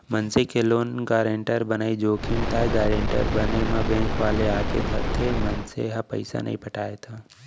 मनसे के loan guarantor बनई जोखिम ताय गारेंटर बने म बेंक वाले आके धरथे, मनसे ह पइसा नइ पटाय त